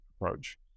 approach